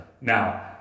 Now